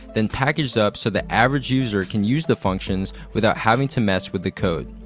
then packaged up so the average user can use the functions without having to mess with the code.